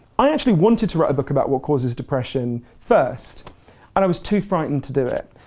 i actually wanted to write a book about what causes depression first and i was too frightened to do it.